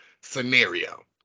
scenario